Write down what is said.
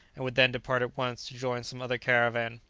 and would then depart at once to join some other caravan.